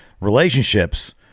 relationships